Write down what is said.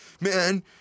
man